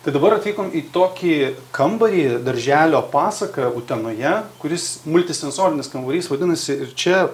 tai dabar atvykom į tokį kambarį darželio pasaka utenoje kuris multisensorinis kambarys vadinasi ir čia